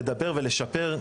לדבר ולשפר,